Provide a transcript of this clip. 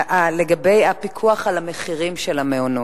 לגבי הפיקוח על המחירים של המעונות,